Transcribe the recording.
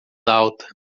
alta